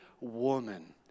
woman